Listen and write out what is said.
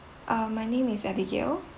ah my name is abigail